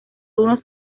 unos